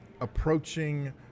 approaching